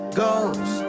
goes